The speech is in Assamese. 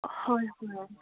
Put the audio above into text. হয় হয়